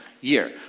year